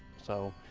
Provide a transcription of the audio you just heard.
so,